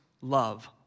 love